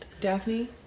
Daphne